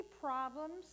problems